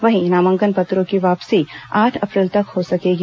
वहीं नामांकन पत्रों की वापसी आठ अप्रैल तक हो सकेगी